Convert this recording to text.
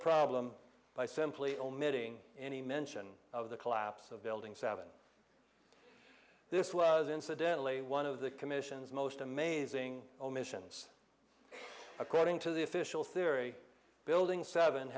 problem by simply omitting any mention of the collapse of building seven this was incidentally one of the commission's most amazing omissions according to the official theory building seven